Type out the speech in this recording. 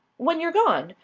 when you're gone.